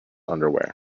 underwear